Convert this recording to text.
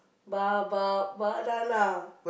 ba ba banana